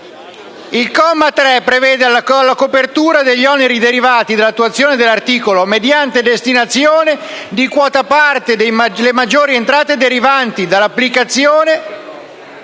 Il comma 3 prevede la copertura degli oneri derivanti dall'attuazione dell'articolo mediante destinazione di quota parte delle maggiori entrate derivanti dall'applicazione